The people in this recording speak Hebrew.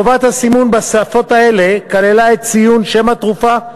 חובת הסימון בשפות האלה כללה את ציון שם התרופה,